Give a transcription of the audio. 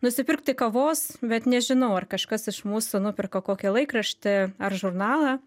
nusipirkti kavos bet nežinau ar kažkas iš mūsų nuperka kokį laikraštį ar žurnalą